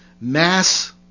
mass